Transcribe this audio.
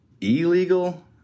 illegal